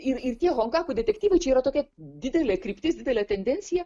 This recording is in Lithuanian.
ir ir tie honkaku detektyvai čia yra tokia didelė kryptis didelė tendencija